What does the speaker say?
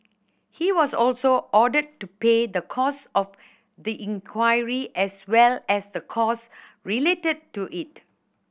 he was also ordered to pay the cost of the inquiry as well as the cost related to it